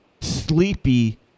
sleepy